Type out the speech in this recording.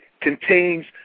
contains